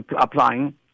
applying